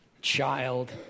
child